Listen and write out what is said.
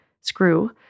screw